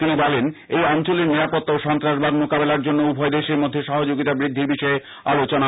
তিনি বলেন এই অঞ্চলের নিরাপত্তা ও সন্ত্রাসবাদ মোকাবেলার জন্য উভয় দেশের মধ্যে সহযোগিতা বৃদ্ধির বিষয়ে আলোচনা হয়